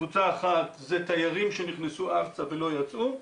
קבוצה אחת זה תיירים שנכנסו ארצה ולא יצאו.